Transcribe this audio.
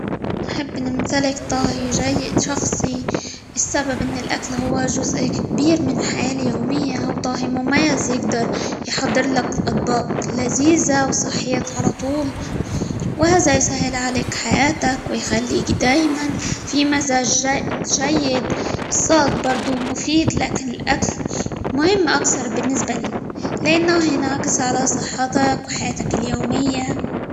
نحب نمتلك طاهي-جيد- شخصي؛ السبب إن الأكل هو جزء كبير من الحياة اليومية، وطاهي مميز يقدر يحضر لك أطباق لذيذة، وصحية على طول، وهذا يسهل عليك حياتك، ويخليك دايما في مزاج -ج- جيد، السائق برضو مفيد، لكن الأكل مهم أكتر بالنسبة لي؛ لأنه هينعكس على صحتك، وحياتك اليومية.